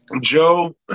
Joe